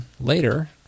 later